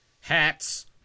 Hats